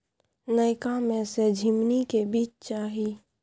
नयका में से झीमनी के बीज चाही?